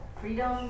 freedom